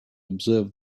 observe